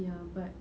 ya but